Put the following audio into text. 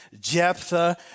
Jephthah